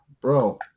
bro